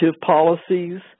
policies